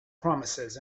promises